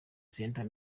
center